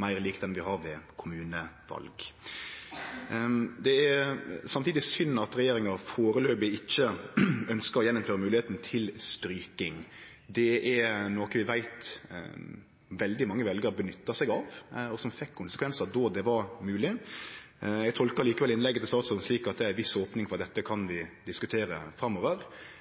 meir lik han vi har ved kommuneval. Det er samtidig synd at regjeringa foreløpig ikkje ønskjer å gjeninnføre moglegheita til stryking. Det er noko vi veit veldig mange veljarar nytta seg av, og som fekk konsekvensar då det var mogleg. Eg tolkar likevel innlegget til statsråden slik at det er ei viss opning for at vi kan diskutere dette framover,